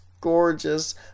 gorgeous